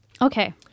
Okay